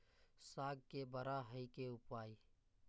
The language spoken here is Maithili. साग के बड़ा है के उपाय?